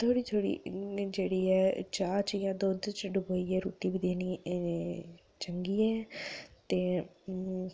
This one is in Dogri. थोह्ड़ी थोह्ड़ी जेह्ड़ी ऐ चाह् जां दुद्धै च डोबियै रुट्टी बी देनी चंगी ऐ ते